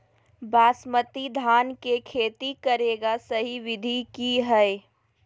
बासमती धान के खेती करेगा सही विधि की हय?